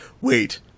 Wait